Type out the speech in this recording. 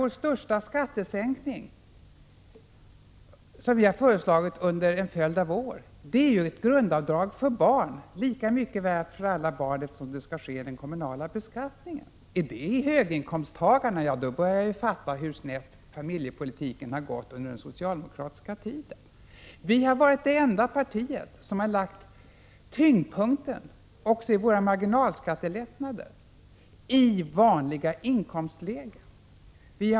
Den största skattesänkningen som vi har föreslagit under en följd av år är ju ett grundavdrag för barn, lika mycket värt för alla barn eftersom det skulle ske genom den kommunala beskattningen. Är det dessa barnfamiljer som avses med ”höginkomsttagarna”? Jag börjar förstå hur snett familjepolitiken har gått under den socialdemokratiska tiden. Vi har varit det enda parti som lagt tyngdpunkten, också i våra förslag om marginalskattelättnader, på vanliga inkomstlägen.